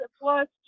plus